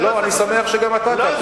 אני שמח שגם אתה כאן.